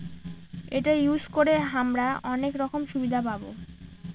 এটা ইউজ করে হামরা অনেক রকম সুবিধা পাবো